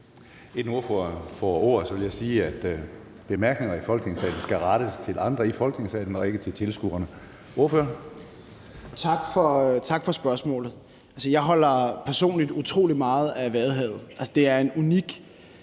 Inden ordføreren får ordet, vil jeg sige, at bemærkninger i Folketingssalen skal rettes til andre i Folketingssalen og ikke til tilhørerne. Så er det ordføreren. Kl. 10:41 Morten Dahlin (V): Tak for spørgsmålet. Jeg holder personligt utrolig meget af Vadehavet. Det er en unik